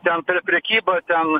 ten prekyba ten